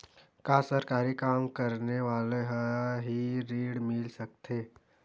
का सरकारी काम करने वाले ल हि ऋण मिल सकथे?